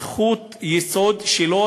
זכות יסוד שלו,